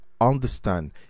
understand